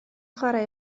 chwarae